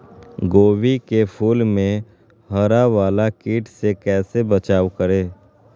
गोभी के फूल मे हरा वाला कीट से कैसे बचाब करें?